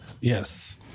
Yes